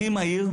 הכי מהיר,